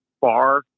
bar